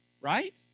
Right